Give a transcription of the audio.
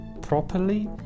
properly